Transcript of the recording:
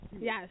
Yes